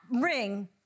ring